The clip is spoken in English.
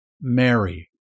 Mary